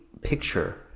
picture